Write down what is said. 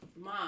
Mom